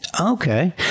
Okay